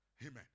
Amen